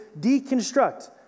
deconstruct